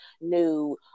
new